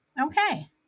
Okay